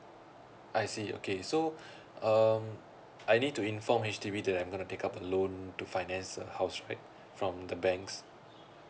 I see okay so um I need to inform H_D_B that I'm going to take up a loan to finance a house right from the banks